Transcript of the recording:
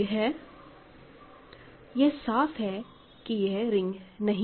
तो यह साफ है कि यह रिंग नहीं है